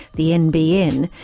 the nbn,